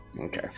Okay